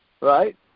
Right